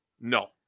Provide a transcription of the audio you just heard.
No